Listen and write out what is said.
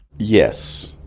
yes.